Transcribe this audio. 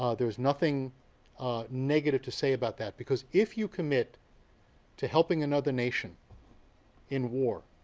ah there is nothing negative to say about that. because if you commit to helping another nation in war,